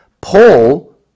Paul